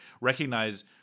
recognize